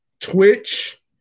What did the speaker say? Twitch